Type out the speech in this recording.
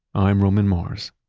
i'm roman mars